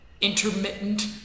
intermittent